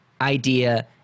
idea